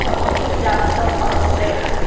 अब कटोरिया में सब परोसते हैं